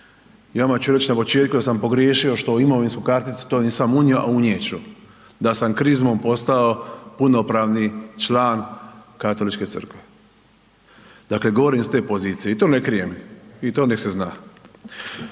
odmah ću reći na početku da sam pogriješio što u imovinsku karticu to nisam unio, a unijet ću. Da sa krizmom postao punopravni član Katoličke Crkve. Dakle, govorim iz te pozicije i to ne krijem i to nek se zna.